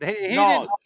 No